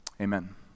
Amen